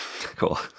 Cool